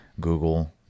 google